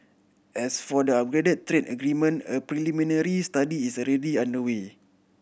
as for the upgraded trade agreement a preliminary study is already underway